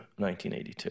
1982